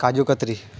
કાજુ કતરી